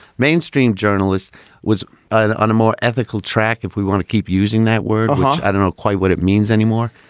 mainstream journalists was ah on a more ethical track. if we want to keep using that word i don't know quite what it means anymore.